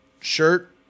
Shirt